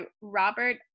Robert